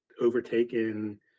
overtaken